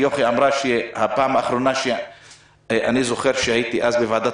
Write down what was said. אני זוכר שבפעם האחרונה הייתי בוועדת